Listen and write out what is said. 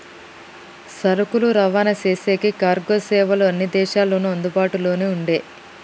సరుకులు రవాణా చేసేకి కార్గో సేవలు అన్ని దేశాల్లోనూ అందుబాటులోనే ఉండే